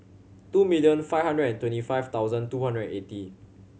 two million five hundred and twenty five thousand two hundred and eighty